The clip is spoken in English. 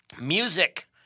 Music